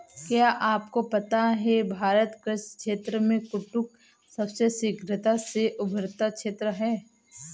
क्या आपको पता है भारत कृषि क्षेत्र में कुक्कुट सबसे शीघ्रता से उभरता क्षेत्र है?